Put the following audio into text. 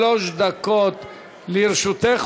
שלוש דקות לרשותך,